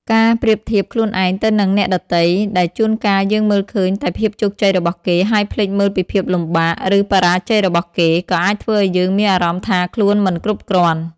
ការប្រៀបធៀបខ្លួនឯងទៅនឹងអ្នកដទៃ ដែលជួនកាលយើងមើលឃើញតែភាពជោគជ័យរបស់គេ ហើយភ្លេចមើលពីភាពលំបាក ឬបរាជ័យរបស់គេ ក៏អាចធ្វើឲ្យយើងមានអារម្មណ៍ថាខ្លួនមិនគ្រប់គ្រាន់។